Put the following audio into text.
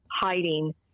hiding